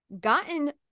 gotten